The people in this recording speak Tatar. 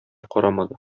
карамады